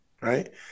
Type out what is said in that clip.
Right